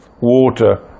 water